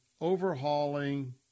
overhauling